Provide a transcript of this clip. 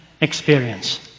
experience